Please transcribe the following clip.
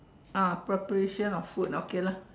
uh preparation of food okay lah